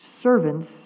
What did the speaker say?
servants